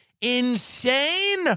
insane